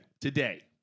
Today